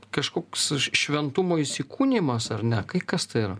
kažkoks šventumo įsikūnijimas ar ne kai kas tai yra